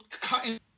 cutting